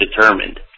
determined